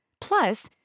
Plus